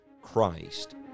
Christ